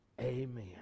amen